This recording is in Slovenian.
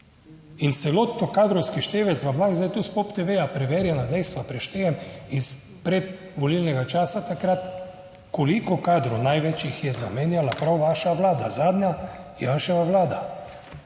In celoten kadrovski števec vam lahko zdaj tu s POP TV-ja, preverjena dejstva preštejem iz predvolilnega časa takrat, koliko kadrov, največ jih je zamenjala prav vaša vlada, zadnja Janševa vlada.